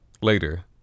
later